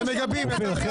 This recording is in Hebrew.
אתם מגבים.